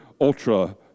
Ultra